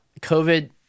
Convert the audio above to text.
covid